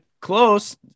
Close